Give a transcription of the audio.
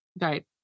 Right